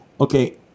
Okay